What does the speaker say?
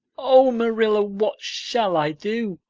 oh, marilla, what shall i do?